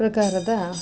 ಪ್ರಕಾರದ